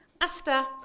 Asta